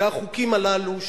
החוקים הללו,